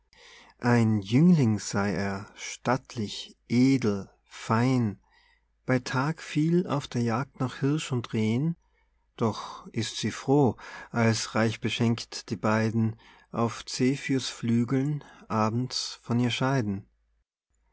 ein jüngling sei er stattlich edel fein bei tag viel auf der jagd nach hirsch und rehen doch ist sie froh als reichbeschenkt die beiden auf zephyrs flügeln abends von ihr scheiden